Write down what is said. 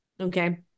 Okay